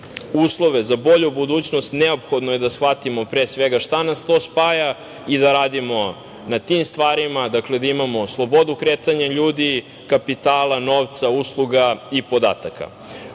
uslove za bolju budućnost, neophodno je da shvatimo pre svega šta nas to spaja i da radimo na tim stvarima, da imamo slobodu kretanja ljudi, kapitala, novca usluga i podataka. Ono